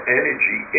energy